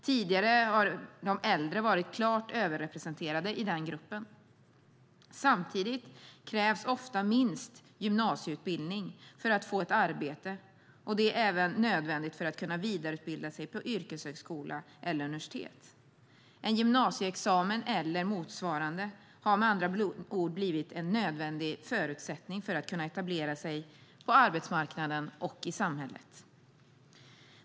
Tidigare har de äldre varit klart överrepresenterade i den gruppen. Samtidigt krävs ofta minst gymnasieutbildning för att få ett arbete, och det är även nödvändigt för att kunna vidareutbilda sig på yrkeshögskola eller universitet. En gymnasieexamen eller motsvarande har med andra ord blivit en nödvändig förutsättning för att kunna etablera sig på arbetsmarknaden och i samhället.